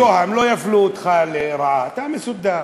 אתה גר בשוהם, לא יפלו אותך לרעה, אתה מסודר.